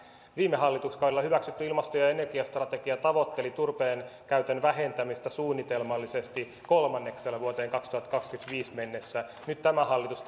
viime hallituskaudella hyväksytty ilmasto ja energiastrategia tavoitteli turpeen käytön vähentämistä suunnitelmallisesti kolmanneksella vuoteen kaksituhattakaksikymmentäviisi mennessä nyt tämä hallitus